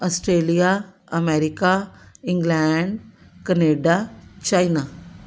Australia America England Canada China